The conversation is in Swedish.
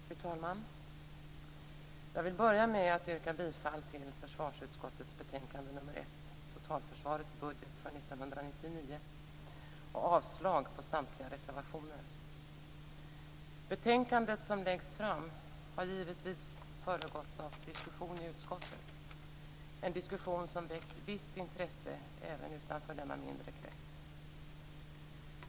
Fru talman! Jag vill börja med att yrka bifall till hemställan i försvarsutskottets betänkande nr 1 Totalförsvarets budget för 1999 och avslag på samtliga reservationer. Det betänkande som läggs fram har givetvis föregåtts av en diskussion i utskottet. Den diskussionen har väckt ett visst intresse även utanför denna mindre krets.